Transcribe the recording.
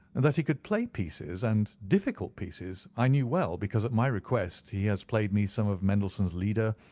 and that he could play pieces, and difficult pieces, i knew well, because at my request he has played me some of mendelssohn's lieder,